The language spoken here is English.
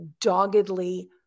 doggedly